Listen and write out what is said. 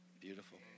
Beautiful